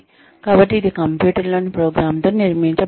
కాబట్టి ఇది కంప్యూటర్లోని ప్రోగ్రామ్తో నిర్మించబడింది